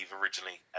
originally